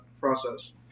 process